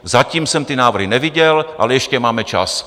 Zatím jsem ty návrhy neviděl, ale ještě máme čas.